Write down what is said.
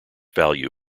value